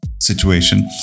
situation